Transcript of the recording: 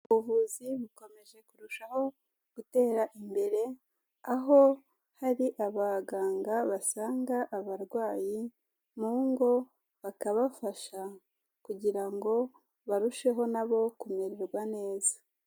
Ubuvuzi bukomeje kurushaho gutera imbere, aho hari abaganga basanga abarwayi mu ngo bakabafasha kugira ngo barusheho na bo kumererwa neza.